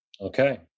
Okay